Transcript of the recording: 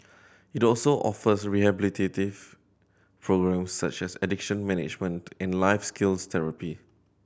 it also offers rehabilitative programmes such as addiction management and life skills therapy